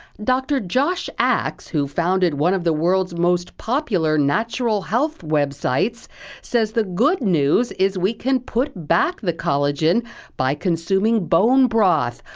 dr. josh axe, who founded one of the most popular natural health websites says the good news is we can put back the collagen by consuming boned broth,